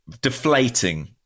deflating